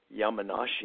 Yamanashi